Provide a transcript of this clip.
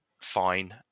fine